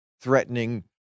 threatening